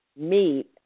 meet